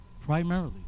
Primarily